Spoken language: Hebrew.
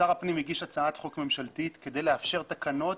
שר הפנים הגיש הצעת חוק ממשלתית כדי לאפשר תקנות